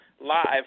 live